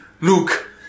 Luke